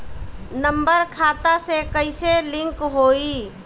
Number खाता से कईसे लिंक होई?